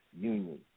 union